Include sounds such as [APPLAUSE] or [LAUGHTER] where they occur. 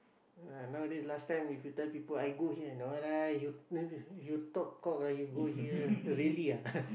ah nowadays last time if you tell people I go here no lah you [NOISE] you talk cock lah you go here really ah [LAUGHS]